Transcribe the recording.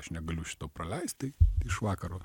aš negaliu šito praleist tai iš vakaro